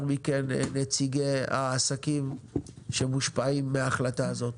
מכן נציגי העסקים שמושפעים מההחלטה הזאת.